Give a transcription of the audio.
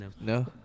No